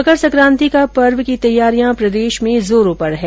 मकर सकांति पर्व की तैयारियां प्रदेश में जोरो पर है